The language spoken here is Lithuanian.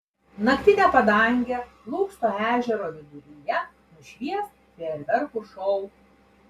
naktinę padangę lūksto ežero viduryje nušvies fejerverkų šou